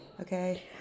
Okay